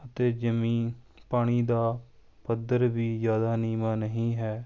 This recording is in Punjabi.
ਅਤੇ ਜ਼ਮੀਨ ਪਾਣੀ ਦਾ ਪੱਧਰ ਵੀ ਜ਼ਿਆਦਾ ਨੀਵਾਂ ਨਹੀਂ ਹੈ